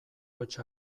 hots